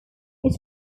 was